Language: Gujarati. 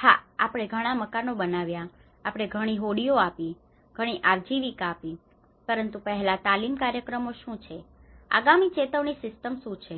હા આપણે ઘણાં મકાનો બનાવ્યાં છે આપણે ઘણી હોડીઓ આપી છે ઘણી આજીવિકા આપી છે પરંતુ પહેલા તાલીમ કાર્યક્રમો શુ છે આગામી ચેતવણી સીસ્ટમ શુ છે